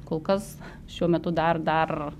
kol kas šiuo metu dar dar